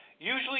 Usually